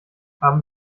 haben